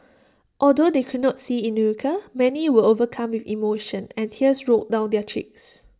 although they could not see Inuka many were overcome with emotion and tears rolled down their cheeks